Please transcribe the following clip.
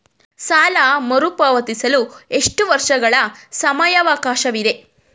ಸಾಲ ಮರುಪಾವತಿಸಲು ಎಷ್ಟು ವರ್ಷಗಳ ಸಮಯಾವಕಾಶವಿದೆ?